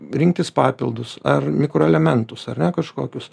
rinktis papildus ar mikroelementus ar ne kažkokius